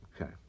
okay